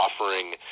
offering